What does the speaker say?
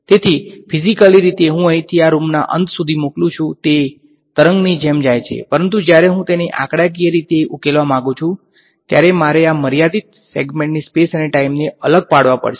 તેથી ફીઝીકલી રીતે હું અહીંથી આ રૂમના અંત સુધી મોકલું છું તે તરંગસ્પેસ અને ટાઈમને અલગ પાડવો પડશે